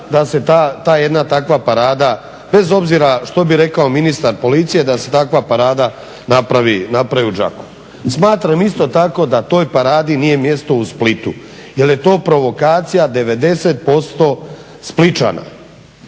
da se ta jedna takva parada bez obzira što bi rekao ministar Policije, da se takva parada napravi u Đakovu. Smatram isto tako da toj paradi nije mjesto u Splitu jer je to provokacija 90% Splićana.